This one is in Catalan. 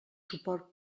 suport